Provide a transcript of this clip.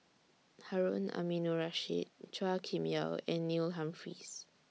Harun Aminurrashid Chua Kim Yeow and Neil Humphreys